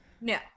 No